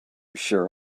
sure